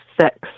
six